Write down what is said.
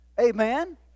Amen